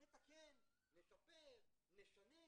נתקן, נשפר, נשנה,